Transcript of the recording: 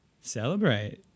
celebrate